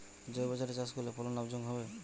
জৈবসারে চাষ করলে ফলন লাভজনক হবে?